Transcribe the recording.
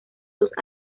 sus